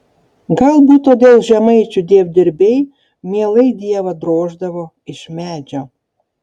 galbūt todėl žemaičių dievdirbiai mielai dievą droždavo iš medžio